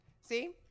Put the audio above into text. See